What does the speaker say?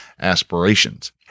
aspirations